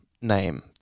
name